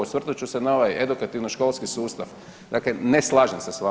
Osvrnut ću se na ovaj edukativno-školski sustav, dakle ne slažem se s vama.